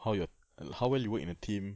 how your how well you work in a team